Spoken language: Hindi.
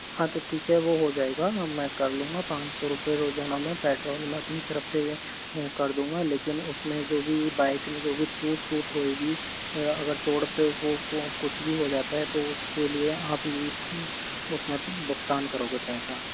हाँ तो ठीक है वो हो जाएगा हम मैं कर लूँगा पाँच सौ रुपए रोज़ाना में पेट्रोल मैं अपनी तरफ से कर दूंगा लेकिन उसमे जो भी बाइक में जो भी टूट फूट होएगी अगर तोड़ पे वो कुछ भी हो जाता है तो वो उसके लिए आप ही भुगतान करोगे पैसा